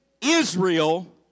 Israel